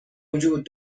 وجود